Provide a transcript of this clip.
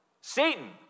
Satan